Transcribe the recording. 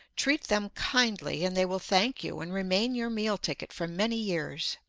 treat them kindly, and they will thank you and remain your meal ticket for many years.